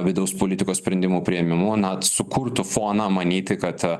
vidaus politikos sprendimų priėmimu na sukurtų foną manyti kad